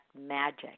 magic